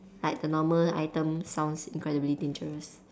like the normal item sounds incredibly dangerous